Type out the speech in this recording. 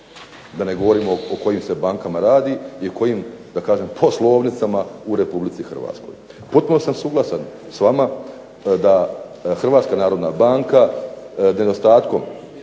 da ne govorimo o kojim se bankama radi i o kojim da kažem poslovnicama u Republici Hrvatskoj. Potpuno sam suglasan s vama da Hrvatska narodna banka nedostatkom